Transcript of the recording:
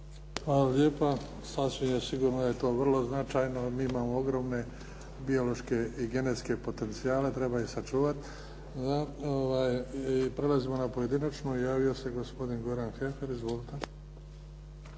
Hvala lijepa. Sasvim je sigurno je to vrlo značajno. Mi imamo ogromne biološke i genetske potencijale. Treba ih sačuvati. Prelazimo na pojedinačnu. Javio se gospodin Goran Heffer. Izvolite.